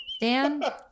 Dan